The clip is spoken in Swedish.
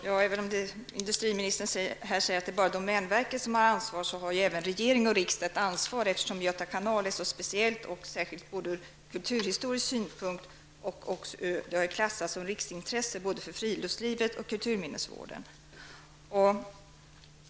Herr talman! Industriministern säger här att det bara är domänverket som har ett ansvar. Men även regering och riksdag har ett ansvar, eftersom Göta kanal är så speciell ur kulturhistorisk synpunkt och klassat som riksintresse både för friluftslivet och kulturminnesvården.